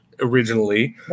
originally